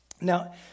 Now